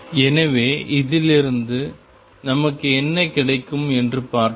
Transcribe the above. எனவே இதிலிருந்து நமக்கு என்ன கிடைக்கும் என்று பார்ப்போம்